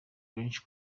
benshi